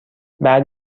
بعد